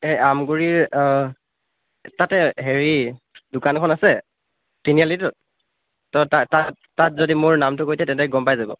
এই আমগুৰিৰ তাতে হেৰি দোকান এখন আছে তিনিআলিটোত তো তা তাত যদি মোৰ নামটো কৈ দিয়ে তেন্তে গম পাই যাব